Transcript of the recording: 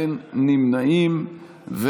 אין נמנעים.